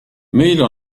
meil